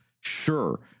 Sure